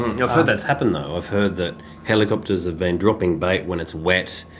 you know heard that's happened though. i've heard that helicopters have been dropping bait when it's wet.